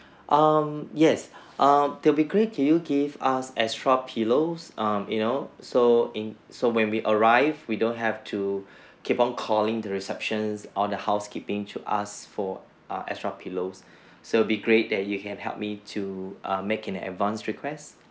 um yes um they'll be great that you give us extra pillows um you know so in so when we arrived we don't have to keep on calling the receptions or the housekeeping to ask for err extra pillows so that'll be great that you can help me to err make an advance request